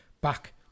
back